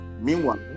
Meanwhile